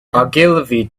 ogilvy